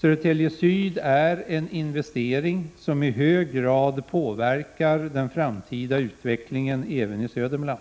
Södertälje Syd är en investering som i hög grad påverkar den framtida utvecklingen i Södermanland.